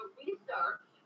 research